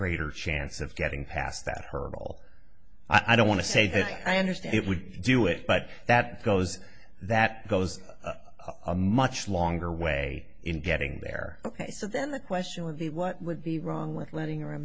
greater chance of getting past that hurdle i don't want to say that i understand it would do it but that goes that goes much longer way in getting there so then the question would be what would be wrong with letting